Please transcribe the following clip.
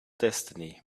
destiny